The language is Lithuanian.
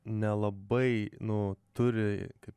nelabai nu turi kaip